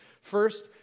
First